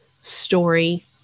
story